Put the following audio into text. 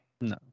No